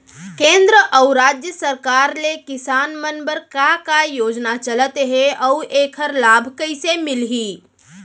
केंद्र अऊ राज्य सरकार ले किसान मन बर का का योजना चलत हे अऊ एखर लाभ कइसे मिलही?